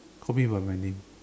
call me by my name